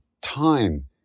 time